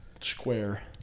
square